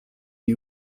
you